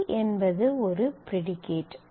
p என்பது ஒரு predicate